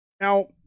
Now